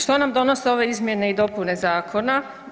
Što nam donose ove izmjene i dopune Zakona?